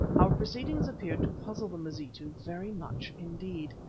our proceedings appeared to puzzle the mazitu very much indeed.